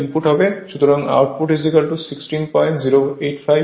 সুতরাং আউটপুট16085 এবং ইনপুট 18608 করা হয়েছে